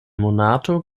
monato